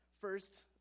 first